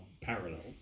parallels